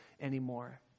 anymore